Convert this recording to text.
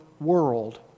world